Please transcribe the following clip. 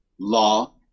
law